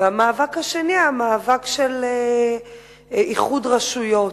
והמאבק השני, המאבק של איחוד הרשויות.